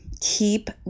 keep